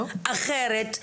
אחרת,